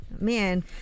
man